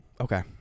Okay